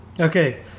Okay